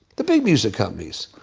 the big music companies.